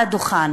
על הדוכן,